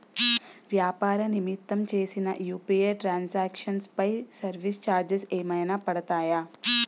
వ్యాపార నిమిత్తం చేసిన యు.పి.ఐ ట్రాన్ సాంక్షన్ పై సర్వీస్ చార్జెస్ ఏమైనా పడతాయా?